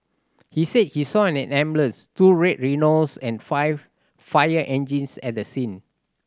he said he saw an ambulance two Red Rhinos and five fire engines at the scene